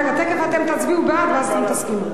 רגע, תיכף אתם תצביעו בעד ואז אתם תסכימו.